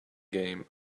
game